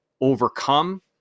overcome